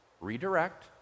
redirect